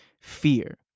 fear